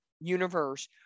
universe